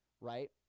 right